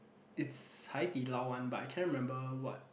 it's Hai-Di-Lao one but I cannot remember what